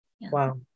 wow